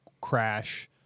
crash